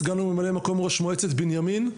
סגן וממלא מקום ראש מועצת בנימין.